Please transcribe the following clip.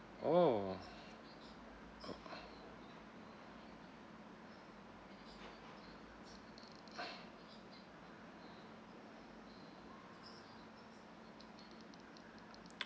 oh oh